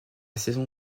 saison